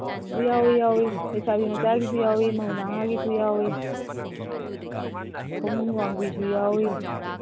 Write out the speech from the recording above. ꯌꯥꯎꯋꯤ ꯌꯥꯎꯋꯤ ꯂꯩꯁꯥꯕꯤ ꯃꯆꯥꯁꯨ ꯌꯥꯎꯋꯤ ꯃꯧ ꯅꯍꯥꯒꯤꯁꯨ ꯌꯥꯎꯋꯤ ꯈꯣꯡꯅꯤꯡ ꯋꯥꯡꯕꯤꯁꯨ ꯌꯥꯎꯋꯤ